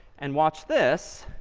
and watch this